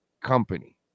company